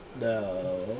No